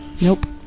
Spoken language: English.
Nope